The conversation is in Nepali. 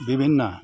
विभिन्न